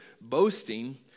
boasting